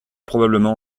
probablement